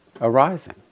arising